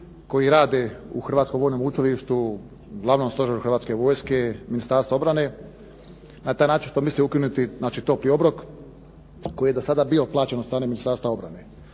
koji rade u Hrvatskom vojnom učilištu, Glavnom stožeru Hrvatske vojske, Ministarstvu obrane na taj način što misle ukinuti topli obrok koji je do sada bio plaćen od strane Ministarstva obrane.